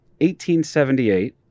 1878